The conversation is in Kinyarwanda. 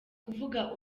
kuvuga